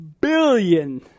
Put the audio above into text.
billion